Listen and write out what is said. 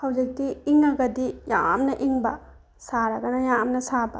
ꯍꯧꯖꯤꯛꯇꯤ ꯏꯪꯉꯒꯗꯤ ꯌꯥꯝꯅ ꯏꯪꯕ ꯁꯥꯔꯒꯅ ꯌꯥꯝꯅ ꯁꯥꯕ